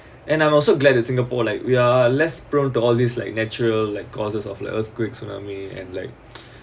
and I'm also glad in singapore like we are less prone to all this like natural like causes of the earthquake tsunami and like